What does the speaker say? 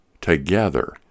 together